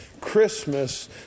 Christmas